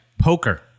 poker